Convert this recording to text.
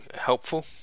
helpful